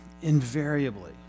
invariably